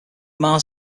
mars